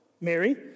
Mary